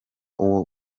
uwo